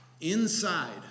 inside